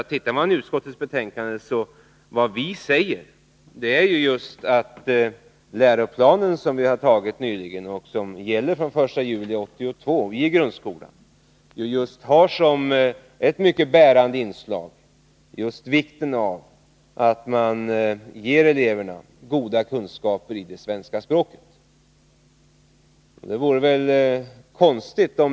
Tittar man i utskottets betänkande finner man att vi säger att den läroplan för grundskolan som vi nyligen har antagit och som gäller från den 1 juli 1982 har som ett mycket bärande inslag just vikten av att ge eleverna goda kunskaper i det svenska språket.